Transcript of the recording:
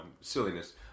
silliness